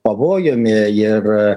pavojumi ir